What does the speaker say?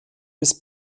bis